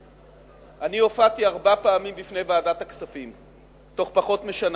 אני הופעתי ארבע פעמים בפני ועדת הכספים תוך פחות משנה.